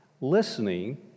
listening